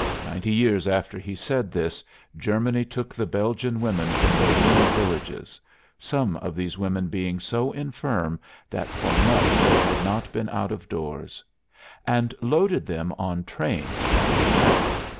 ninety years after he said this germany took the belgian women from their ruined villages some of these women being so infirm that for months they had not been out-of-doors and loaded them on trains like cattle,